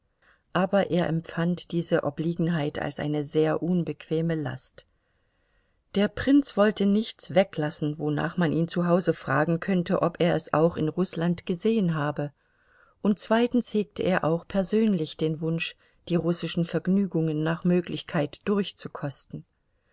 aber er empfand diese obliegenheit als eine sehr unbequeme last der prinz wollte nichts weglassen wonach man ihn zu hause fragen könnte ob er es auch in rußland gesehen habe und zweitens hegte er auch persönlich den wunsch die russischen vergnügungen nach möglichkeit durchzukosten